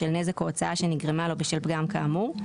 בשל נזק או הוצאה שנגרמה לו בשל פגם כאמור.